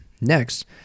Next